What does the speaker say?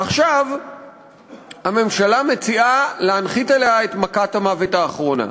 עכשיו הממשלה מציעה להנחית עליה את מכת המוות האחרונה: